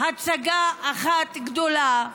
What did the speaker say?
הצגה אחת גדולה.